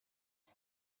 aya